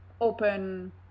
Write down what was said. open